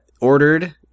ordered